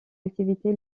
activité